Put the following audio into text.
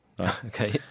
okay